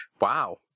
Wow